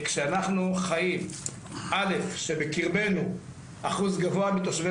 כשאנחנו חיים כשבקרבנו אחוז גבוה מתושבי